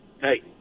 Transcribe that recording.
Hey